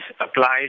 applies